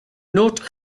note